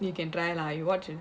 you can try lah you watch it